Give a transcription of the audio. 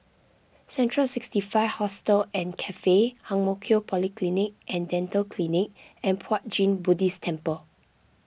Central sixty five Hostel and Cafe Ang Mo Kio Polyclinic and Dental Clinic and Puat Jit Buddhist Temple